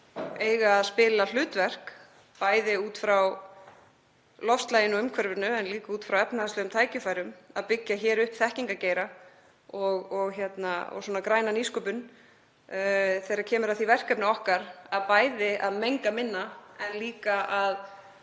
eiga að leika hlutverk, bæði út frá loftslaginu og umhverfinu en líka út frá efnahagslegum tækifærum, að byggja hér upp þekkingargeira og græna nýsköpun þegar kemur að því verkefni okkar að bæði að menga minna en líka að